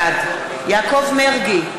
בעד יעקב מרגי,